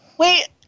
Wait